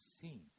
seen